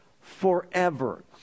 forever